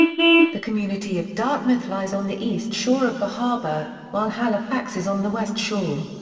the community of dartmouth lies on the east shore of the harbour, while halifax is on the west shore.